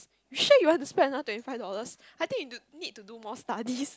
you sure you want to spend another twenty five dollars I think you need to need to do more studies